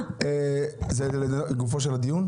זה לגופו של הדיון?